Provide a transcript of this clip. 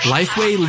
Lifeway